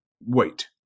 Wait